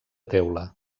teula